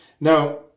Now